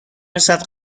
رسد